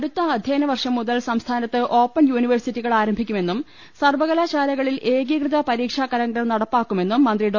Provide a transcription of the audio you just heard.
അടുത്ത അധ്യയന വർഷം മുതൽ സംസ്ഥാനത്ത് ഓപ്പൺ യൂണിവേഴ്സിറ്റികൾ ആരംഭിക്കുമെന്നും സർവ്വകലാശാലകളിൽ ഏകീകൃത പരീക്ഷാ കലണ്ടർ നടപ്പാക്കുമെന്നും മന്ത്രി ഡോ